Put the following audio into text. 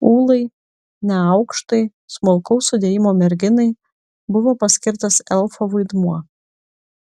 ūlai neaukštai smulkaus sudėjimo merginai buvo paskirtas elfo vaidmuo